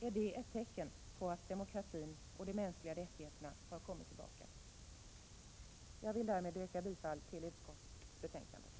är det ett tecken på att demokratin och de mänskliga rättigheterna har kommit tillbaka. Herr talman! Jag vill därmed yrka bifall till utskottets hemställan.